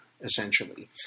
essentially